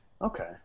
Okay